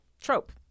Trope